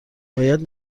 باید